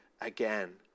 again